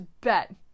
bet